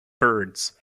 birds